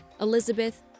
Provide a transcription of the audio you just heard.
Elizabeth